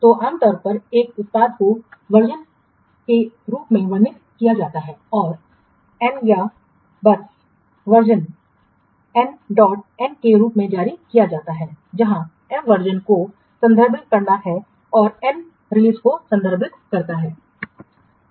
तो आमतौर पर एक उत्पाद को वर्जनएम के रूप में वर्णित किया जाता है और एन या बस वर्जनएम डॉट एन के रूप में जारी किया जाता है जहाँ m वर्जनको संदर्भित करता है और n रिलीज़ को संदर्भित करता है